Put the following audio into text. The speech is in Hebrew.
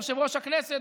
יושב-ראש הכנסת,